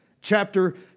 Chapter